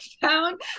found